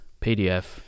PDF